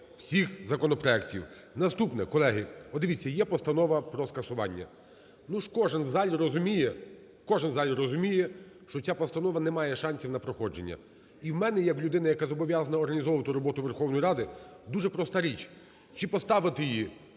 всіх законопроектів. Наступне. Колеги, подивіться, є Постанова про скасування. Ну, кожен в зал розуміє, кожен в залі розуміє, що ця постанова не має шансів на проходження. І в мене як в людини, яка зобов'язана організовувати роботу Верховної Ради, дуже проста річ: чи поставити її